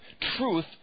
truth